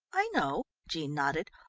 i know, jean nodded.